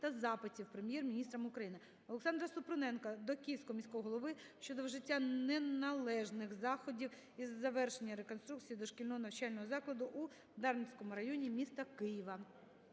та запитів Прем'єр-міністром України. ОлександраСупруненка до Київського міського голови щодо вжиття не належних заходів із завершення реконструкції дошкільного навчального закладу у Дарницькому районі міста Києва.